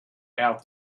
out